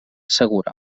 segura